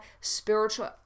spiritual